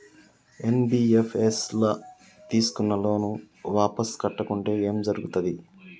NBFS ల తీస్కున్న loan వాపస్ కట్టకుంటే ఏం జర్గుతది?